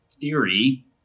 theory